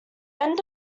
end